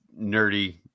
nerdy